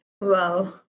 Wow